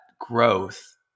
growth